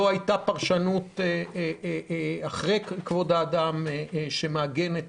לא הייתה פרשנות אחרי כבוד האדם שמעגנת